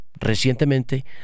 recientemente